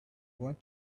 went